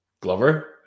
Glover